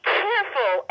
careful